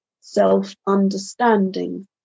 self-understanding